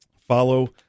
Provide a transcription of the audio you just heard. Follow